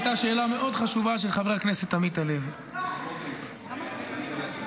הייתה שאלה מאוד חשובה של חבר הכנסת עמית הלוי -- אפשר לגנות,